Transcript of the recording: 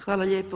Hvala lijepo.